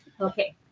okay